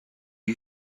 you